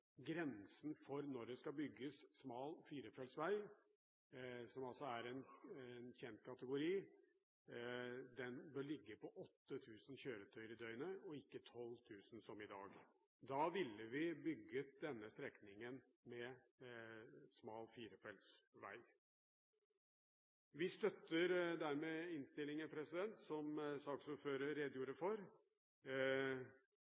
grensen for når det skal bygges smal firefeltsvei, som er en kjent kategori, bør ligge på 8 000 kjøretøy i døgnet, og ikke 12 000 som i dag. Da ville vi bygget denne strekningen med smal firefeltsvei. Vi støtter dermed innstillingen, som saksordføreren redegjorde